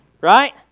right